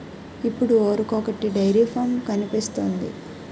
ఇప్పుడు ఊరికొకొటి dairy farm కనిపిస్తోంది